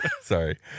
Sorry